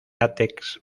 látex